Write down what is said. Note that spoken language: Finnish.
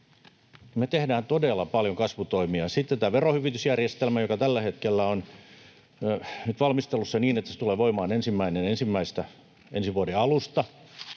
Me tehdään todella paljon kasvutoimia. Sitten tämä verohyvitysjärjestelmä, joka tällä hetkellä on valmistelussa niin, että se tulee voimaan 1.1., ensi vuoden alusta.